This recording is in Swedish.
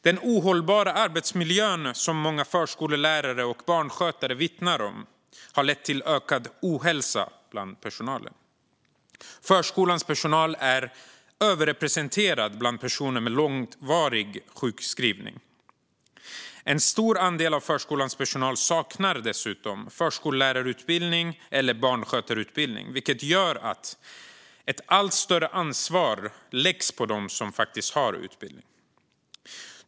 Den ohållbara arbetsmiljön som många förskollärare och barnskötare vittnar om har lett till ökad ohälsa bland personalen. Förskolans personal är överrepresenterad bland personer med långvarig sjukskrivning. En stor andel av förskolans personal saknar dessutom förskollärarutbildning eller barnskötarutbildning, vilket gör att ett allt större ansvar läggs på dem som faktiskt har utbildning.